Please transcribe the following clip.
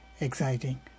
exciting